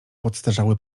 podstarzały